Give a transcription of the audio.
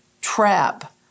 trap